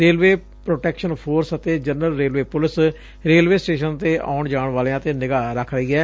railway protection force ਅਤੇ general railway police railway station ਤੇ ਆਉਣ ਜਾਣ ਵਾਲਿਆਂ ਤੇ ਨਿਗਾ ਰੱਖ ਰੱਖੀ ਐ